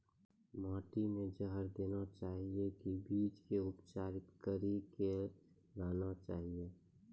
माटी मे जहर देना चाहिए की बीज के उपचारित कड़ी के लगाना चाहिए?